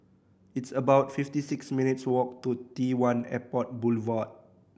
it's about fiifty six minutes' walk to T One Airport Boulevard